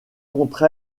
contre